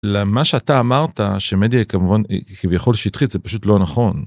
למה שאתה אמרת שמדיה כמובן היא כביכול שטחית זה פשוט לא נכון.